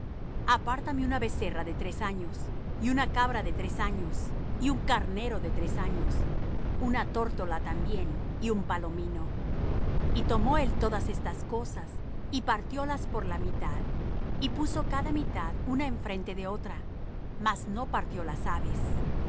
apártame una becerra de tres años y una cabra de tres años y un carnero de tres años una tórtola también y un palomino y tomó él todas estas cosas y partiólas por la mitad y puso cada mitad una enfrente de otra mas no partió las aves